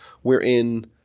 wherein